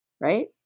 Right